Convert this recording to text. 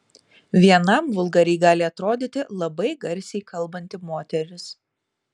vienam vulgariai gali atrodyti labai garsiai kalbanti moteris